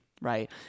right